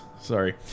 sorry